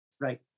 right